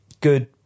good –